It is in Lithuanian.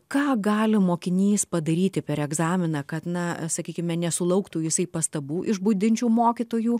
ką gali mokinys padaryti per egzaminą kad na sakykime nesulauktų jisai pastabų iš budinčių mokytojų